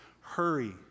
hurry